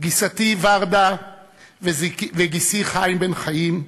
גיסתי ורדה וגיסי חיים בן-חיים,